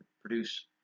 produce